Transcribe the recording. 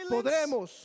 podremos